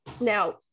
now